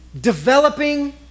developing